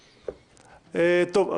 טוב.